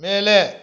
மேலே